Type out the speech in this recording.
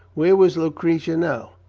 where was lucretia now?